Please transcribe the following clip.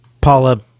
Paula